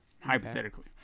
hypothetically